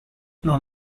non